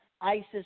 ISIS